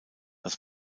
als